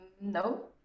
no